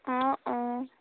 অঁ অঁ